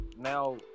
now